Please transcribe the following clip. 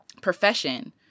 profession